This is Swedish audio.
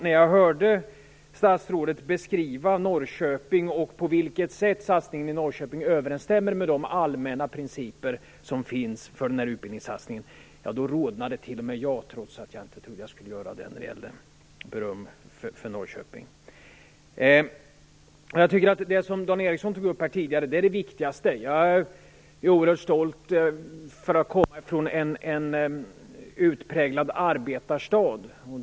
När jag hörde statsrådet beskriva Norrköping och på vilket sätt satsningen i Norrköping överensstämmer med de allmänna principer som finns för utbildningssatsningen, rodnade t.o.m. jag, trots att jag inte trodde att jag skulle göra det när det gäller beröm för Norrköping. Det som Dan Ericsson tidigare berörde är det viktigaste. Jag är oerhört stolt över att komma från en utpräglad arbetarstad.